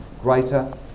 greater